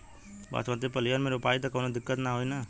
बासमती पलिहर में रोपाई त कवनो दिक्कत ना होई न?